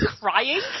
crying